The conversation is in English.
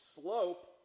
slope